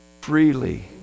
freely